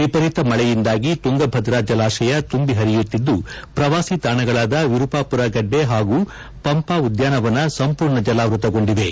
ವಿಪರೀತ ಮಳೆಯಿಂದಾಗಿ ತುಂಗಭದ್ರ ಜಲಾಶಯ ತುಂಬಿ ಹರಿಯುತ್ತಿದ್ದು ಪ್ರವಾಸಿತಾಣಗಳಾದ ವಿರೂಪಾಪುರ ಗಡ್ಡೆ ಹಾಗೂ ಪಂಪಾ ಉದ್ಯಾನವನ ಸಂಪೂರ್ಣ ಜಲಾವೃತಗೊಂಡಿವೆ